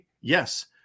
Yes